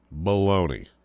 Baloney